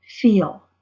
feel